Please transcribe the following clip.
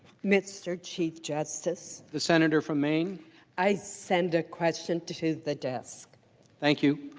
mr. chief justice the senator from maine ice send a question to to the deaths thank you